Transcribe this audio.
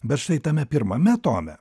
bet štai tame pirmame tome